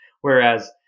Whereas